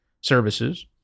services